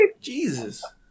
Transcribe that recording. Jesus